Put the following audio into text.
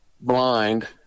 blind